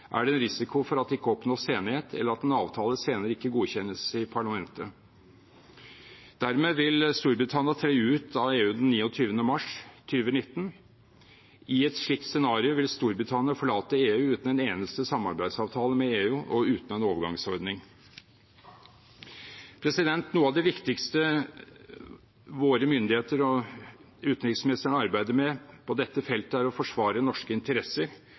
er det en risiko for at det ikke oppnås enighet, eller at en avtale senere ikke godkjennes i parlamentet. Dermed vil Storbritannia tre ut av EU den 29. mars 2019. I et slikt scenario vil Storbritannia forlate EU uten en eneste samarbeidsavtale med EU og uten en overgangsordning. Noe av det viktigste våre myndigheter og utenriksministeren arbeider med på dette feltet for å forsvare norske interesser,